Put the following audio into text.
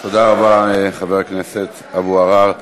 תודה רבה לחבר הכנסת אבו עראר.